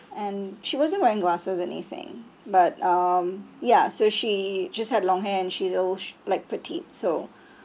and she wasn't wearing glasses anything but um ya so she just had long hair and she's al~ like petite so